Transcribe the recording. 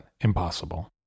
impossible